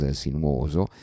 sinuoso